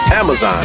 Amazon